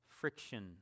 friction